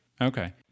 Okay